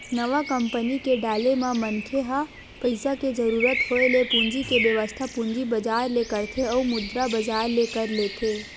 नवा कंपनी के डाले म मनखे ह पइसा के जरुरत होय ले पूंजी के बेवस्था पूंजी बजार ले करथे अउ मुद्रा बजार ले कर लेथे